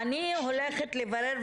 אני הולכת לברר,